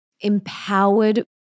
Empowered